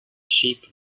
sheep